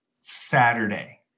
Saturday